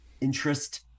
interest